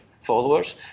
followers